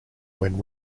when